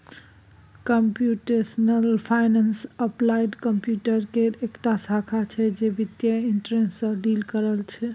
computational finance applied computer केर एकटा शाखा छै जे बित्तीय इंटरेस्ट सँ डील करय छै